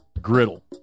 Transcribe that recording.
Griddle